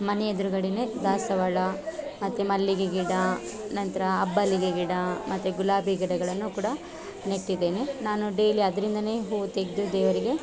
ಮನೆ ಎದ್ರುಗಡೆ ದಾಸವಾಳ ಮತ್ತು ಮಲ್ಲಿಗೆ ಗಿಡ ನಂತರ ಅಬ್ಬಲಿಗೆ ಗಿಡ ಮತ್ತು ಗುಲಾಬಿ ಗಿಡಗಳನ್ನು ಕೂಡ ನೆಟ್ಟಿದ್ದೇನೆ ನಾನು ಡೈಲಿ ಅದ್ರಿಂದಲೇ ಹೂ ತೆಗೆದು ದೇವರಿಗೆ